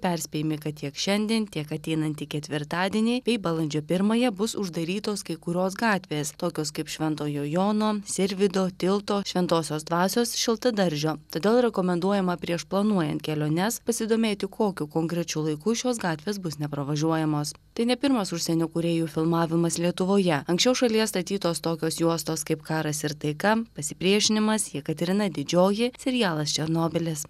perspėjami kad tiek šiandien tiek ateinantį ketvirtadienį bei balandžio pirmąją bus uždarytos kai kurios gatvės tokios kaip šventojo jono sirvydo tilto šventosios dvasios šiltadaržio todėl rekomenduojama prieš planuojant keliones pasidomėti kokiu konkrečiu laiku šios gatvės bus nepravažiuojamos tai ne pirmas užsienio kūrėjų filmavimas lietuvoje anksčiau šalyje statytos tokios juostos kaip karas ir taika pasipriešinimas jekaterina didžioji serialas černobylis